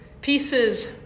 pieces